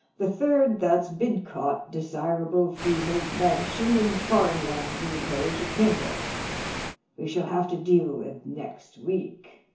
the third that's bidcot, desirable freehold mansion and farmlands in the parish of kenway we shall have to deal with next week.